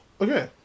Okay